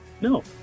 No